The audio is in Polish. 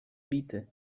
bity